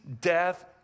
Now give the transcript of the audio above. death